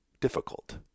difficult